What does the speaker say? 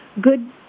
good